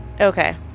Okay